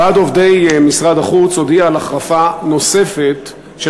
ועד עובדי משרד החוץ הודיע על החרפה נוספת של